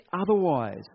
otherwise